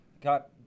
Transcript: got